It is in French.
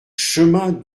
chemin